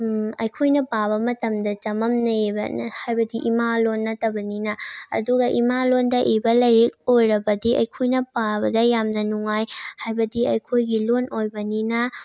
ꯑꯩꯈꯣꯏꯅ ꯄꯥꯕ ꯃꯇꯝꯗ ꯆꯃꯝꯅꯩꯕ ꯍꯥꯏꯕꯗꯤ ꯏꯃꯥ ꯂꯣꯟ ꯅꯠꯇꯕꯅꯤꯅ ꯑꯗꯨꯒ ꯏꯃꯥ ꯂꯣꯟꯗ ꯏꯕ ꯂꯥꯏꯔꯤꯛ ꯑꯣꯏꯔꯕꯗꯤ ꯑꯩꯈꯣꯏꯅ ꯄꯥꯕꯗ ꯌꯥꯝꯅ ꯅꯨꯡꯉꯥꯏ ꯍꯥꯏꯕꯗꯤ ꯑꯩꯈꯣꯏꯒꯤ ꯂꯣꯟ ꯑꯩꯏꯕꯅꯤꯅ